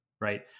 right